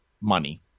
money